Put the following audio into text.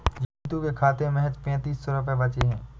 जीतू के खाते में महज पैंतीस सौ रुपए बचे हैं